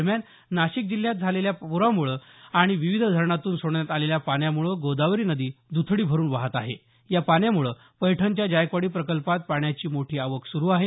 दरम्यान नाशिक जिल्ह्यात आलेल्या पुरांमुळे आणि विविध धरणातून सोडण्यात आलेल्या पाण्यामुळे गोदावरी नदी द्रथडी भरून वाहत आहे या पाण्यामुळे पैठणच्या जायकवाडी प्रकल्पात पाण्याची मोठी आवक सुरू आहे